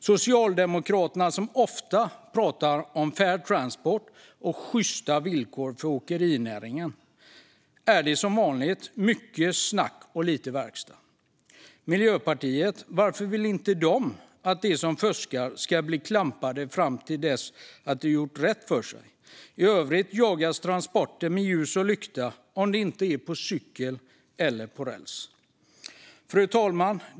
Socialdemokraterna pratar ofta om Fair Transport och sjysta villkor för åkerinäringen. Är det som vanligt mycket snack och lite verkstad? Och varför vill inte Miljöpartiet att de som fuskar ska bli klampade fram till dess att de har gjort rätt för sig? I övrigt jagar man ju transporter med ljus och lykta om de inte sker på cykel eller på räls. Fru talman!